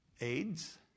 AIDS